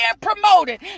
promoted